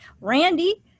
Randy